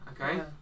okay